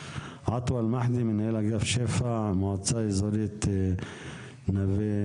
מנהל אגף שפ"ע במועצה האזורית נווה מדבר.